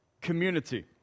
community